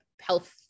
health